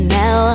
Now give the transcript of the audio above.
now